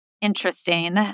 interesting